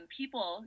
people